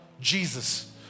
Jesus